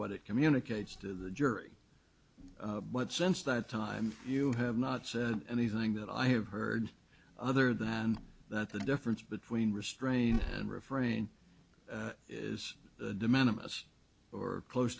what it communicates to the jury but since that time you have not said anything that i have heard other than that the difference between restraint and refrain is the demand of or close